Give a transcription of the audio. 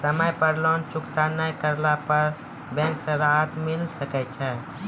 समय पर लोन चुकता नैय करला पर बैंक से राहत मिले सकय छै?